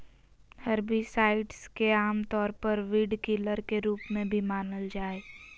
herbicides के आमतौर पर वीडकिलर के रूप में भी जानल जा हइ